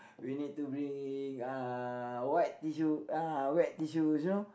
you need to bring uh wet tissue ah wet tissue you know